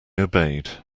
obeyed